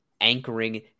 anchoring